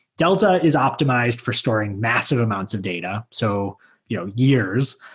delta is optimized for storing massive amounts of data, so you know years,